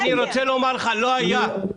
אני רוצה לומר לך שלא היה,